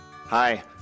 Hi